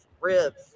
ribs